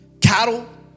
cattle